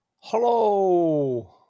Hello